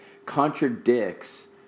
Contradicts